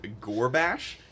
Gorbash